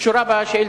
שקשורה בשאילתות?